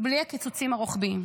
בלי הקיצוצים הרוחביים,